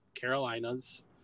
Carolinas